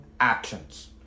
actions